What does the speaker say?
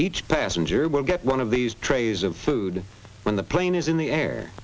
each passenger will get one of these trays of food when the plane is in the air